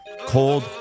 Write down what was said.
cold